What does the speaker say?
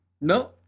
No